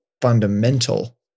fundamental